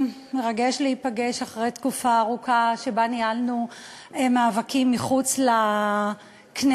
מרגש להיפגש אחרי תקופה ארוכה שבה ניהלנו מאבקים מחוץ לכנסת.